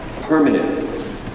permanent